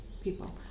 people